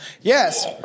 Yes